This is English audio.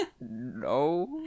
no